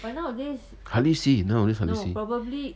hardly see it nowadays hardly see